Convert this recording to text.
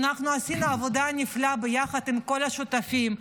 ואנחנו עשינו עבודה נפלאה ביחד עם כל השותפים,